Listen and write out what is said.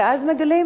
ואז מגלים,